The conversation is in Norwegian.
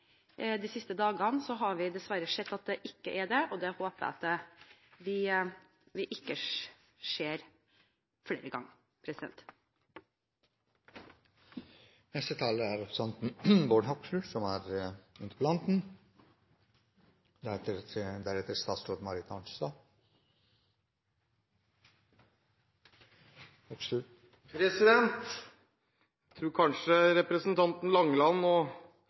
De siste dagene har vi dessverre sett at det ikke er det, og det håper jeg at vi ikke ser flere ganger. Jeg tror kanskje representanten Langeland og